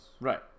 Right